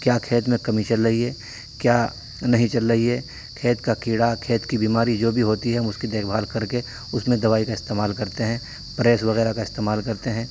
کیا کھیت میں کمی چل رہی ہے کیا نہیں چل رہی ہے کھیت کا کیڑا کھیت کی بیماری جو بھی ہوتی ہے ہم اس کی دیکھ بھال کرکے اس میں دوائی کا استعمال کرتے ہیں پریس وغیرہ کا استعمال کرتے ہیں